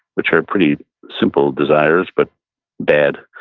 which are pretty simple desires, but bad,